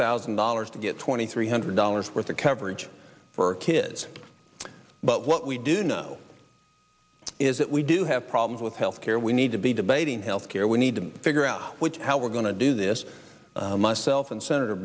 thousand dollars to get twenty three hundred dollars worth of coverage for kids but what we do know is that we do have problems with health care we need to be debating health care we need to figure out which is how we're going to do this myself and senator